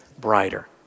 brighter